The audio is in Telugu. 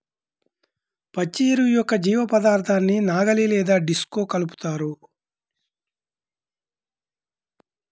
పచ్చి ఎరువు యొక్క జీవపదార్థాన్ని నాగలి లేదా డిస్క్తో కలుపుతారు